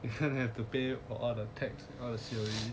you have to pay all the tax all the C_O_E